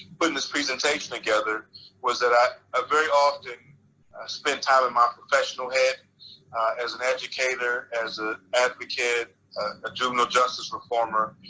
but this presentation together was that i ah very often spent time in my professional head as an educator, as ah advocated, a juvenile justice reformer.